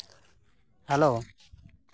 hello